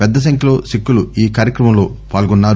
పెద్ద సంఖ్యలో సిక్కులు ఈ కార్యక్రమంలో పాల్గొన్నారు